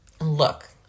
look